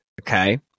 okay